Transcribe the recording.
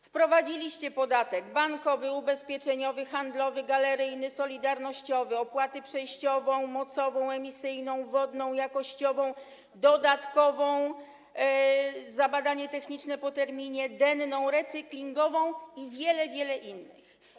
Wprowadziliście podatki: bankowy, ubezpieczeniowy, handlowy, galeryjny, solidarnościowy, opłaty: przejściową, mocową, emisyjną, wodną, jakościową, dodatkową za badanie techniczne po terminie, denną, recyklingową i wiele, wiele innych.